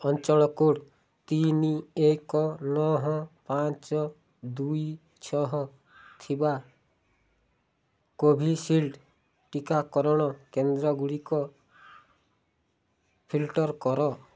ଅଞ୍ଚଳ କୋଡ଼୍ ତିନି ଏକ ନଅ ପାଞ୍ଚ ଦୁଇ ଛଅ ଥିବା କୋଭିଶିଲ୍ଡ୍ ଟିକା ଟିକାକରଣ କେନ୍ଦ୍ରଗୁଡ଼ିକ ଫିଲ୍ଟର କର